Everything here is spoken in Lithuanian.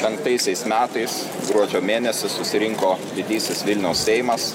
penktaisiais metais gruodžio mėnesį susirinko didysis vilniaus seimas